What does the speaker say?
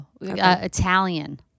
Italian